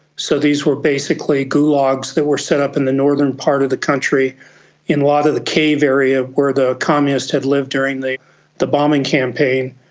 so these were basically gulags that were set up in the northern part of the country in a lot of the cave area where the communists had lived during the the bombing campaign,